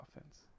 offense